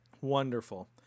Wonderful